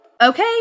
Okay